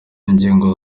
ingingo